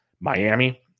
miami